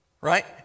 right